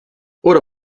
oder